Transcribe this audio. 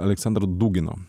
aleksandr daugino